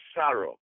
sorrow